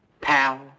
Pal